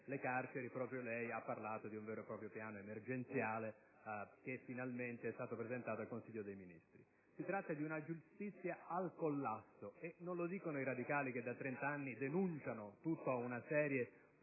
le carceri, proprio lei ha parlato di un vero e proprio Piano emergenziale, finalmente presentato in Consiglio dei ministri. Si tratta di una giustizia al collasso, e non lo dicono i radicali, che da trent'anni denunciano tutta una serie